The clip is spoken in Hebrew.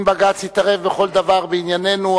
אם בג"ץ יתערב בכל דבר בעניינינו,